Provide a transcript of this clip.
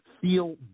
Feel